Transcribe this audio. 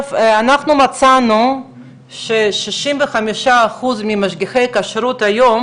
אנחנו מצאנו ש-65% ממשגיחי הכשרות היום